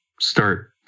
start